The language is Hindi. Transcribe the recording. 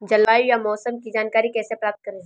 जलवायु या मौसम की जानकारी कैसे प्राप्त करें?